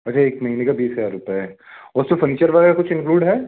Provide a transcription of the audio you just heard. अच्छा एक महीने का बीस हज़ार रुपये है उस में फर्निचर वग़ैरह कुछ इन्क्लूड है